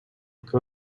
que